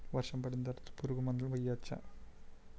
వర్షం పడిన తర్వాత పురుగు మందులను వేయచ్చా?